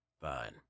Fine